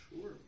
Sure